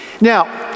Now